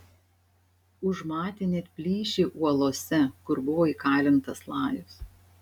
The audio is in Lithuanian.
užmatė net plyšį uolose kur buvo įkalintas lajus